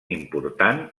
important